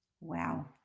Wow